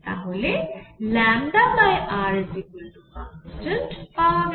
তাহলে rconstant পাওয়া গেল